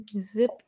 Zip